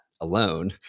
alone